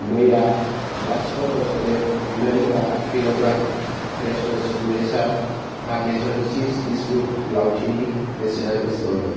मैया लाथिख' दशमिक नै बा किल'ग्राम फ्रेस' सिगनेसार पारमेसन चिज बिस्कुट लाउथिनि बेसेना बेसेबांमोन